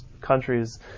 countries